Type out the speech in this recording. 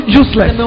useless